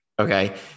okay